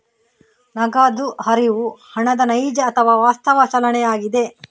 ನಗದು ಹರಿವು ಹಣದ ನೈಜ ಅಥವಾ ವಾಸ್ತವ ಚಲನೆಯಾಗಿದೆ